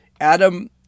Adam